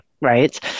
right